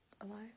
alive